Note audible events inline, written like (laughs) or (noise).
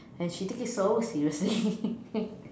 and she take it so seriously (laughs)